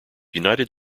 united